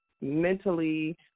mentally